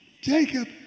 Jacob